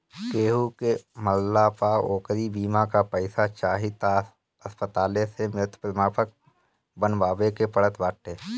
केहू के मरला पअ ओकरी बीमा के पईसा चाही तअ अस्पताले से मृत्यु प्रमाणपत्र बनवावे के पड़त बाटे